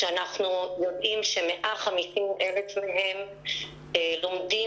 כשאנחנו יודעים ש-150,000 מהם לומדים